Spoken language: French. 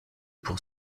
pour